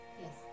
Yes